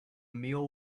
meal